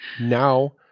now